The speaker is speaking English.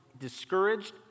discouraged